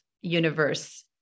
universe